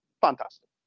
fantastic